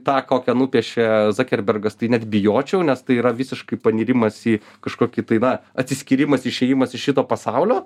tą kokią nupiešė zakerbergas tai net bijočiau nes tai yra visiškai panirimas į kažkokį tai na atsiskyrimas išėjimas iš šito pasaulio